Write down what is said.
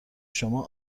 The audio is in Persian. شما